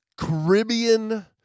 Caribbean